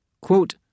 Quote